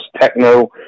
techno